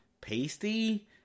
pasty